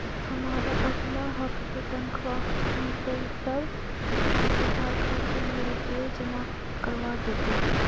हमारा अगला हफ्ते तनख्वाह मिलतई तब हम तोहार खाते में रुपए जमा करवा देबो